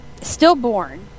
stillborn